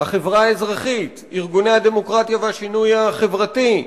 החברה האזרחית, ארגוני הדמוקרטיה והשינוי החברתי,